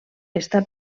està